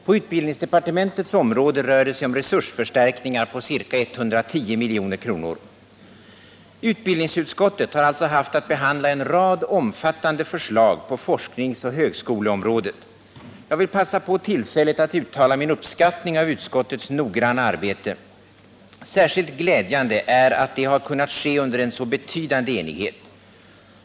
På utbildningsdepartementets område rör det sig om resursförstärkningar på ca 110 milj.kr. Utbildningsutskottet har alltså haft att behandla en rad omfattande förslag på forskningsoch högskoleområdet. Jag vill passa på detta tillfälle att uttala min uppskattning av utskottets noggranna arbete. Särskilt glädjande är det att detta arbete kunnat ske under en så betydande enighet.